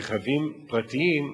רכבים פרטיים,